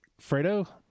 Fredo